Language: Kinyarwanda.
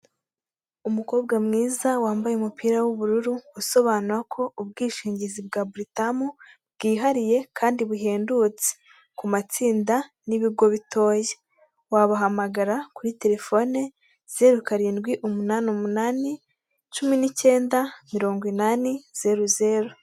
Umukobwa mwiza wambaye umupira w'ubururu usobanura ko ubwishingizi bwa buritamu bwihariye kandi buhendutse ku matsinda n'ibigo bitoya, wabahamagara kuri telefone zeru karindwi umunani umunani cumi n'icyenda mirongo inani zeru zeru.